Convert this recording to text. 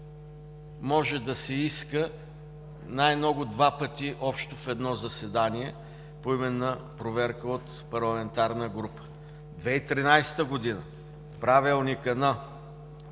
„може да се иска най-много два пъти общо в едно заседание поименна проверка от парламентарна група“. Правилникът на